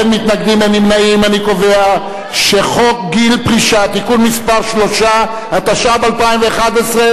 הממשלה בטוחה שהיא צודקת בתחום הזה,